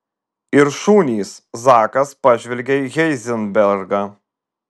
ir šunys zakas pažvelgė į heizenbergą